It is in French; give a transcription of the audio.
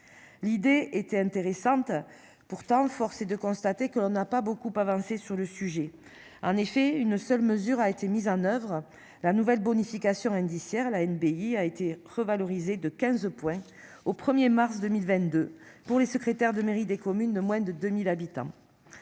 L'idée était intéressante. Pourtant, force est de constater que l'on n'a pas beaucoup avancé sur le sujet. En effet, une seule mesure a été mise en oeuvre la nouvelle bonification indiciaire la NBI a été revalorisé de 15 points au 1er mars 2022 pour les secrétaires de mairies des communes de moins de 2000 habitants.